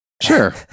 Sure